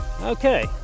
Okay